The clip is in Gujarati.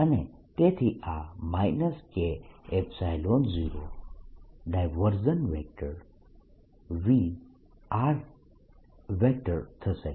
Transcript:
અને તેથી આ K0V થશે